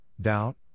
doubt